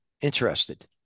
interested